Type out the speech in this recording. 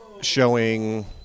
showing